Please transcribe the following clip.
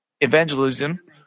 evangelism